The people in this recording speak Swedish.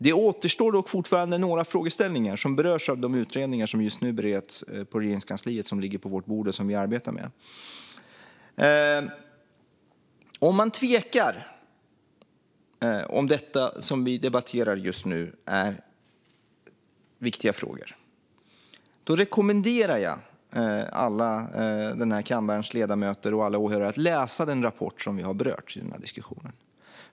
Det återstår dock fortfarande några frågeställningar som berörs av de utredningar som just nu bereds på Regeringskansliet. Utredningarna ligger på vårt bord, och vi arbetar med dem just nu. Om man tvekar om huruvida det som vi debatterar just nu är viktiga frågor rekommenderar jag alla kammarens ledamöter och alla åhörare att läsa den rapport som har berörts i den här debatten.